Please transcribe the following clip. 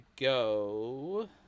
go